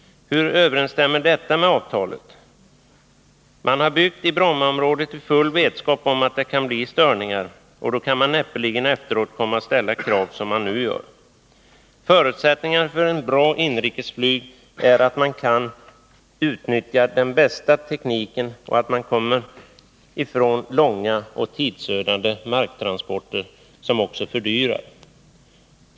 Hur överensstämmer detta med avtalet? Man har byggt i Brommaområdet i full vetskap om att det kan bli störningar, och då kan man näppeligen efteråt komma och ställa de krav som man nu gör. Förutsättningarna för ett bra inrikesflyg är att man kan utnyttja den bästa tekniken och att man kommer ifrån långa och tidsödande marktransporter som också fördyrar.